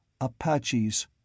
Apaches'—